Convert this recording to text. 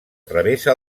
travessa